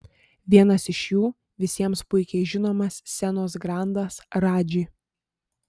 vienas iš jų visiems puikiai žinomas scenos grandas radži